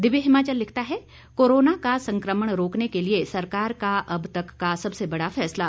दिव्य हिमाचल लिखता है कोरोना का संकमण रोकने के लिए सरकार का अब तक का सबसे बड़ा फैसला